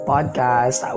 Podcast